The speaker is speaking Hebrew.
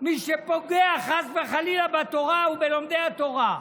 מי שפוגע חס וחלילה בתורה ובלומדי התורה,